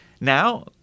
Now